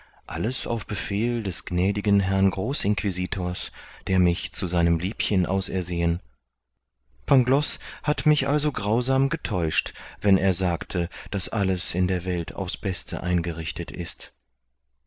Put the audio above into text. alles auf befehl des gnädigen herrn großinquisitors der mich zu seinem liebchen ausersehen pangloß hat mich also grausam getäuscht wenn er sagte daß alles in der welt aufs beste eingerichtet ist